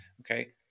Okay